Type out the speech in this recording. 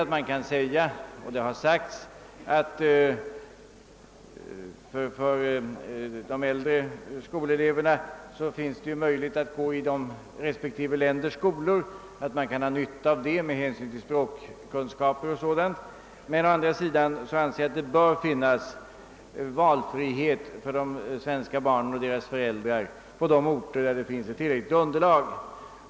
Det kan visserligen sägas — och det har sagts — att de äldre eleverna har möjligheter att gå i respektive länders skolor och att de kan ha nytta av bl.a. de språkkunskaper detta ger, men å andra sidan anser jag att det bör finnas ralfrihet för de svenska barnen och dezas föräldrar på orter där det finns ett tillräckligt elevunderlag.